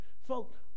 Folks